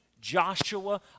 Joshua